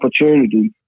opportunity